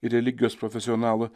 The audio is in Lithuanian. ir religijos profesionalų